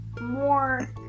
more